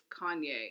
Kanye